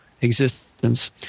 existence